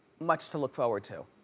much to look forward to.